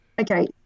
Okay